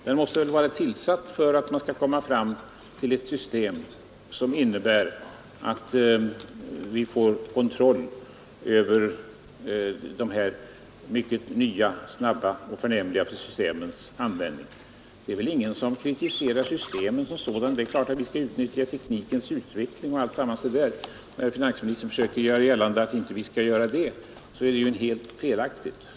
Den måste väl vara tillsatt för att man skall komma fram till ett system som innebär att vi får kontroll över dessa nya, snabba och förnämliga systems användning? Ingen kritiserar systemen som sådana — det är klart att vi skall utnyttja teknikens utveckling. När finansministern försökte göra gällande att vi menar att man inte skall göra det är det felaktigt.